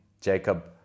Jacob